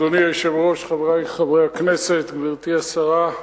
אדוני היושב-ראש, חברי חברי הכנסת, גברתי השרה,